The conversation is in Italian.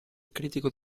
critico